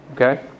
okay